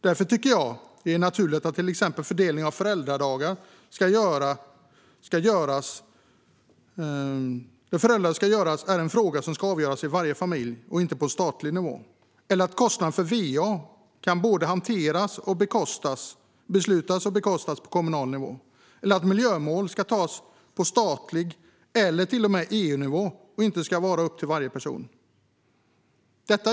Därför är det naturligt att till exempel fördelningen av föräldradagar ska avgöras i varje familj och inte på statlig nivå, att kostnaden för va både kan beslutas och bekostas på kommunal nivå och att miljömål ska tas på statlig nivå eller till och med EU-nivå och inte vara upp till varje person.